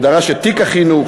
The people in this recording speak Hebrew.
הוא דרש את תיק החינוך,